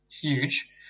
huge